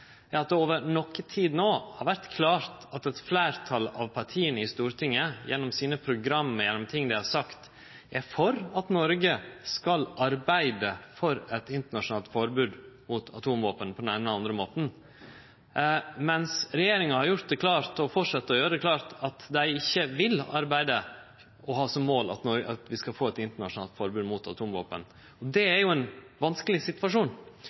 for at Noreg skal arbeide for eit internasjonalt forbod mot atomvåpen på den eine eller andre måten. Men regjeringa har gjort det klart, og fortset å gjere det klart, at dei ikkje vil arbeide for og ha som mål at vi skal få eit internasjonalt forbod mot atomvåpen. Det er ein vanskeleg situasjon.